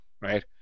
right